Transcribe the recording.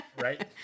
Right